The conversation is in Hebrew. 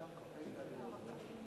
כבוד היושב בראש,